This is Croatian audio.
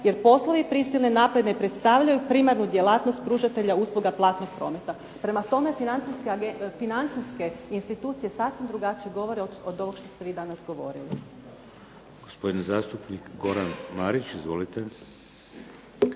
jer poslovi prisilne naplate ne predstavljaju primarnu djelatnost pružatelja usluga platnog prometa. Prema tome, financijske institucije sasvim drugačije govore od ovoga što ste vi danas govorili. **Šeks, Vladimir (HDZ)** Gospodin zastupnik Goran Marić. Izvolite.